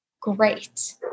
Great